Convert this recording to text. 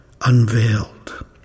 unveiled